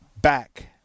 back